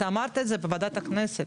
אתה אמרת את זה בוועדת הכנסת.